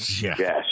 Yes